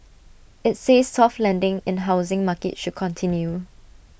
IT says soft landing in housing market should continue